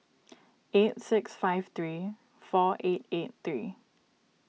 eight six five three four eight eight three